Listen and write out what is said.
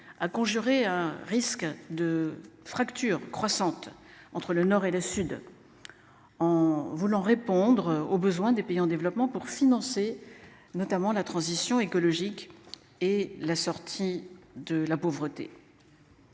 à conjurer un risque de fracture croissante entre le Nord et le Sud. En voulant répondre aux besoins des pays en développement pour financer notamment la transition écologique et la sortie de la pauvreté.